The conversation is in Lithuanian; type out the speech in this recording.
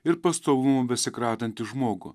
ir pastovumo besikratantį žmogų